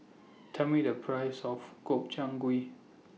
Tell Me The Price of Gobchang Gui